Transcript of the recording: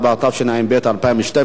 התשע"ב 2012,